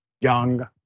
young